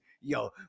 yo